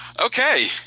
Okay